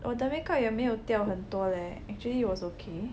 我的 makeup 也没有掉很多 eh actually it was okay